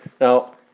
Now